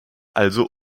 also